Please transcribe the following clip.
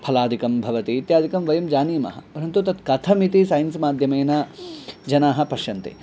फलादिकं भवति इत्यादिकं वयं जानीमः परन्तु तत् कथमिति सैन्स् माद्यमेन जनाः पश्यन्ति